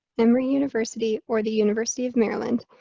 emory university, or the university of maryland.